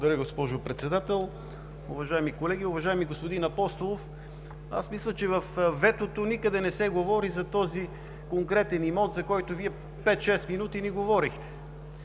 Благодаря, госпожо Председател! Уважаеми колеги, уважаеми господин Апостолов! Аз мисля, че във ветото никъде не се говори за този конкретен имот, за който Вие пет-шест минути ни говорихте,